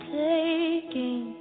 taking